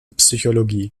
psychologie